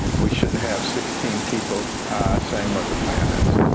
we shouldn't have sixteen people saying what the plan is.